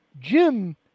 Jim